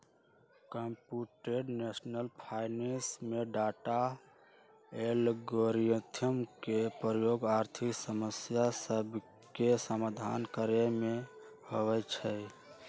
computational finance में data, algorithm के प्रयोग आर्थिक समस्या सभके समाधान करे में होइ छै